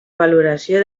valoració